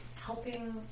helping